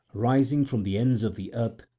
rising from the ends of the earth,